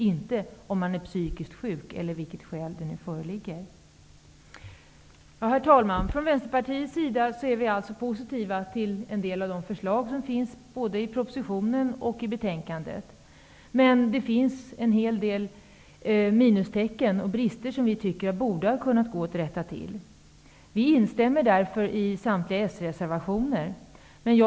Det väsentliga är alltså inte t.ex. om en person är psykiskt sjuk. Herr talman! Vi i Vänsterpartiet är alltså positiva till en del av förslagen i propositionen och betänkandet. Men det finns också en hel del minustecken och brister som vi tycker att det borde ha gått att komma till rätta med. Vi instämmer därför i samtliga s-reservationer.